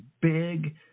big